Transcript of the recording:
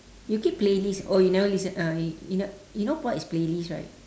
you keep playlist oh you never listen uh you know you know what is playlist right